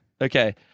Okay